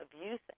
abuse